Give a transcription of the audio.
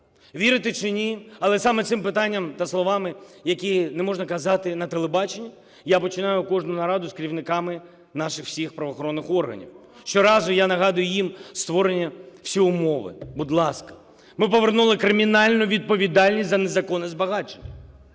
Вірите чи ні, але саме цим питанням та словами, які не можна казати на телебаченні, я починаю кожну нараду з керівниками наших всіх правоохоронних органів. Щоразу я нагадую їм: створені всі умови, будь ласка, ми повернули кримінальну відповідальність за незаконне збагачення,